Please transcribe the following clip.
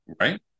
right